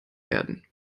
werden